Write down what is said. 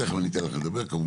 תיכף אני אתן לך לדבר כמובן.